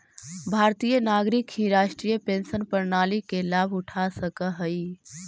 भारतीय नागरिक ही राष्ट्रीय पेंशन प्रणाली के लाभ उठा सकऽ हई